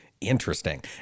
Interesting